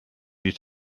die